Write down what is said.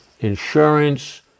insurance